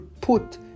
put